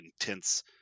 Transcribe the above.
intense